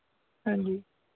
ਹਾਂ ਜੀ